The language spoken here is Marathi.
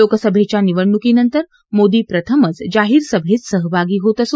लोकसभेच्या निवडणूकीनंतर मोदी प्रथमच जाहीर सभेत सहभागी होत आहेत